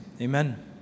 amen